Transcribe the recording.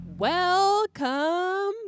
Welcome